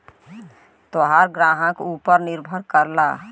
तोहार ग्राहक ऊपर निर्भर करला